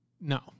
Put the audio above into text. no